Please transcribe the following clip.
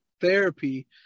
therapy